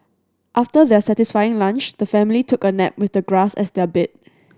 after their satisfying lunch the family took a nap with the grass as their bed